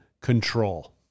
control